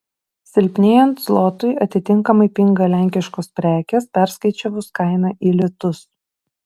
silpnėjant zlotui atitinkamai pinga lenkiškos prekės perskaičiavus kainą į litus